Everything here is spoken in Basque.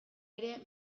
ere